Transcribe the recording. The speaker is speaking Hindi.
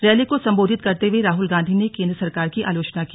रैली को संबोधित करते हुए राहुल गांधी ने केंद्र सरकार की आलोचना की